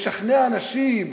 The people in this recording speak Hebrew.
לשכנע אנשים,